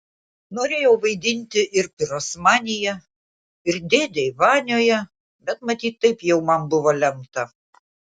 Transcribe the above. norėjau vaidinti ir pirosmanyje ir dėdėj vanioje bet matyt taip jau man buvo lemta